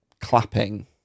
clapping